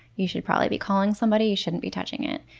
you should probably be calling somebody. you shouldn't be touching it.